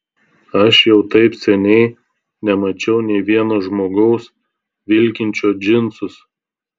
aš jau taip seniai nemačiau nei vieno žmogaus vilkinčio džinsus